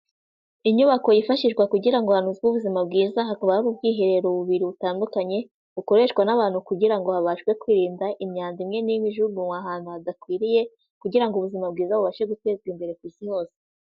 Inyubako yifashishwa kugira ngo hanozwe ubuzima bwiza, hakaba hari ubwiherero bubiri butandukanye, bukoreshwa n'abantu kugira ngo habashwe kwirinda imyanda imwe n'imwe ijugunywa ahantu hadakwiriye, kugira ngo ubuzima bwiza bubashwe gutezwa imbere ku Isi hose.